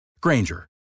Granger